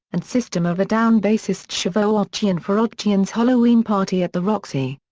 and system of a down bassist shavo odadjian for odadjian's holloween party at the roxy.